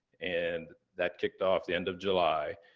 and that kicked off the end of july,